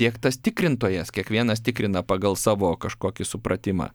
tiek tas tikrintojas kiekvienas tikrina pagal savo kažkokį supratimą